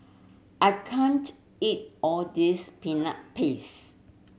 I can't eat all this Peanut Paste